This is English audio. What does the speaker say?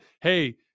hey